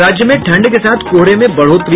और राज्य में ठंड के साथ कोहरे में बढ़ोतरी